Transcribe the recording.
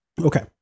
Okay